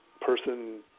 person